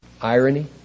irony